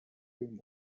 whom